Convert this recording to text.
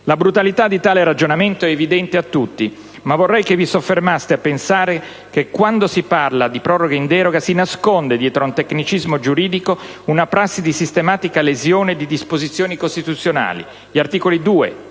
La brutalità di tale ragionamento è evidente a tutti, ma vorrei che vi soffermaste a pensare che, quando si parla «proroghe in deroga», si nasconde, dietro a un tecnicismo giuridico, una prassi di sistematica lesione di disposizioni costituzionali, quali gli articoli 2,